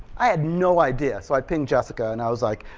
i had no idea. so i pinged jessica, and i was like,